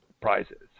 prizes